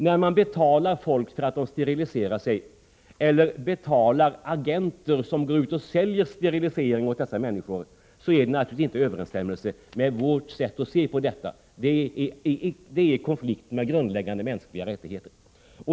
När man betalar folk för att de steriliserar sig eller betalar agenter som går ut och säljer sterilisering åt dessa människor, är det naturligtvis inte i överensstämmelse med vårt sätt att se på detta. Det är i konflikt med grundläggande mänskliga rättigheter.